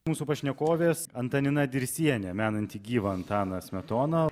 mūsų pašnekovės antanina dirsienė menanti gyvą antaną smetoną